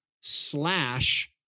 slash